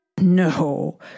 No